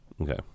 Okay